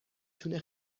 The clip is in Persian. تونه